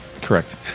Correct